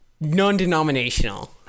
non-denominational